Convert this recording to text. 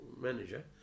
manager